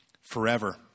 forever